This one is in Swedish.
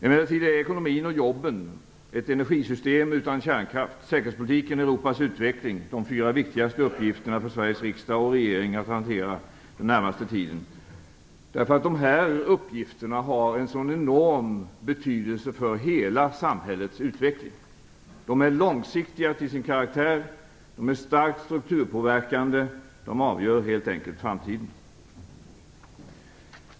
Emellertid är ekonomin och jobben, ett energisystem utan kärnkraft, säkerhetspolitiken och Europas utveckling de fyra viktigaste uppgifterna för Sveriges riksdag och regering att hantera den närmaste tiden. Dessa uppgifter har en enorm betydelse för hela samhällets utveckling; de är långsiktiga till sin karaktär och de är starkt strukturpåverkande - de avgör helt enkelt framtiden.